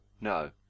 no